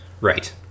Right